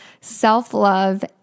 self-love